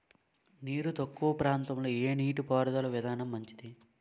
నీరు తక్కువ ప్రాంతంలో ఏ నీటిపారుదల విధానం మంచిది?